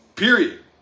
Period